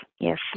Yes